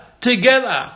together